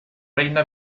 reina